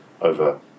over